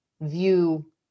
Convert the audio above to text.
view